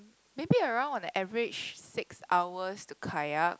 maybe around on the average six hours to kayak